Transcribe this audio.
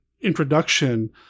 introduction